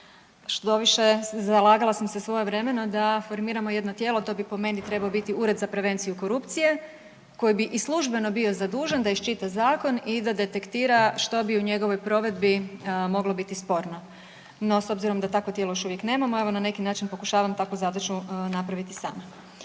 Štoviše zalagala sam se svojevremeno da formiramo jedno tijelo, to bi po meni trebao biti ured za prevenciju korupcije koji bi i službeno bio zadužen da iščita zakon i da detektira što bi u njegovoj provedbi moglo biti sporno. No s obzirom da takvo tijelo još uvijek nemamo, evo na neki način pokušavam takvu zadaću napraviti sama.